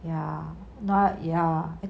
ya not ya